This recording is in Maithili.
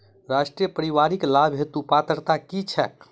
राष्ट्रीय परिवारिक लाभ हेतु पात्रता की छैक